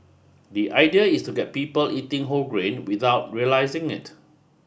the idea is to get people eating whole grain without realising it